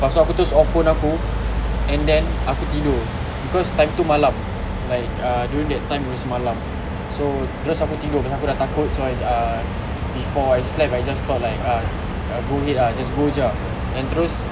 pastu aku terus off phone aku and then aku tidur because time tu malam like uh during that time was malam so terus aku tidur dengan aku dah takut so I uh before I slept I just thought ah go ahead ah just go jer then terus